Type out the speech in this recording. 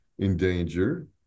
endanger